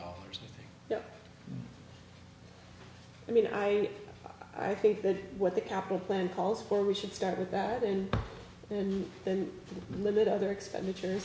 dollars i mean i i think that what the capital plan calls for we should start with that and then limit other expenditure